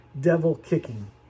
devil-kicking